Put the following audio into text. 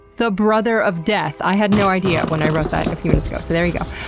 the brother of death! i had no idea when i wrote that a few minutes ago. so there you go.